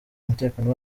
umutekano